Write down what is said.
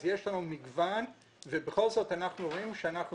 אז יש לנו מגוון ובכל זאת אנחנו רואים שאנחנו